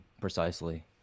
Precisely